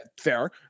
Fair